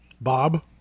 Bob